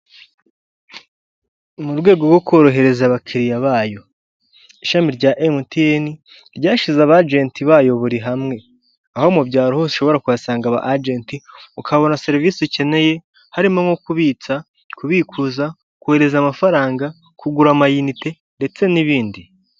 Mu rwego rwo korohereza abakiriya bayo; ishami rya mtn ryashize abageti bayo buri hamwe; aho mu byaro hose ushobora kuhasanga abageti ukabona serivisi ukeneye; harimo nko kubitsa, kubikuza, kohereza amafaranga, kugura amayinite ndetse n'ibindi.